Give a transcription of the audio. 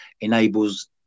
enables